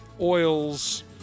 oils